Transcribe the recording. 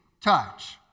touch